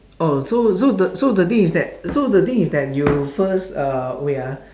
oh so so the so the thing is that so the thing is that you first uh wait ah